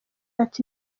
ati